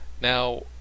Now